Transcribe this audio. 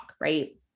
Right